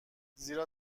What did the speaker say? زیرا